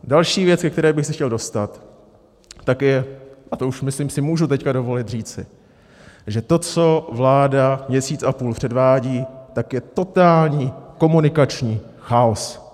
Další věc, ke které bych se chtěl dostat, tak je, a to už myslím si, můžu teď dovolit říci, že to, co vláda měsíc a půl předvádí, tak je totální komunikační chaos.